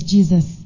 Jesus